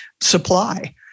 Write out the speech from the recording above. supply